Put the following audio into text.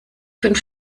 fünf